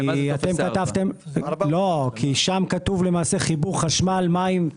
שם כתוב למעשה חיבור חשמל, מים.